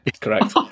correct